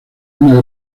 una